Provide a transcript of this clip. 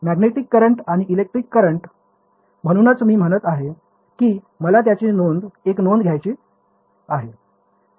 magnetic current किंवा electric current म्हणूनच मी म्हणत आहे की मला त्याची एक नोंद घ्यायची आहे